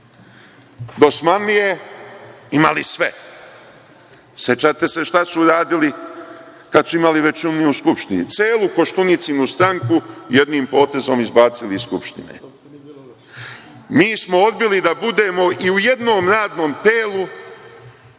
imali sve. Sećate se šta su radili kada su imali većinu u Skupštini? Celu Koštunicinu stranku jednim potezom su izbacili iz Skupštine. Mi smo odbili da budemo i u jednom radnom telu